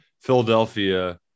Philadelphia